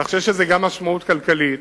כך שיש לזה גם משמעות כלכלית,